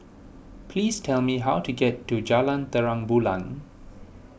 please tell me how to get to Jalan Terang Bulan